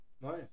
Nice